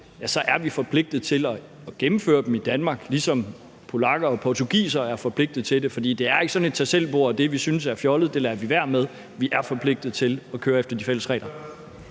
så er forpligtede til at gennemføre dem i Danmark, ligesom polakkerne og portugiserne også er forpligtede til at gennemføre dem. For det er ikke sådan et tag selv-bord, hvor det, vi synes er fjollet, lader vi være med, men vi er forpligtede til at køre efter de fælles regler.